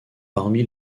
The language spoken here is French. parmi